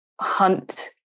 hunt